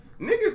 niggas